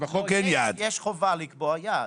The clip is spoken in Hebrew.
--- יש חובה לקבוע יעד.